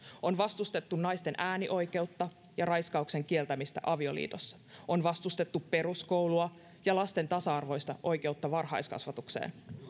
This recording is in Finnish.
on vastustettu naisten äänioikeutta ja raiskauksen kieltämistä avioliitossa on vastustettu peruskoulua ja lasten tasa arvoista oikeutta varhaiskasvatukseen